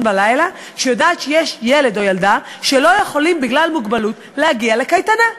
בלילה כשיודעת שיש ילד או ילדה שלא יכולים בגלל מוגבלוּת להגיע לקייטנה.